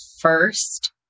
first